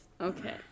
Okay